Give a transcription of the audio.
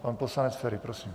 Pan poslanec Feri, prosím.